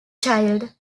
child